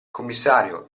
commissario